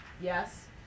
yes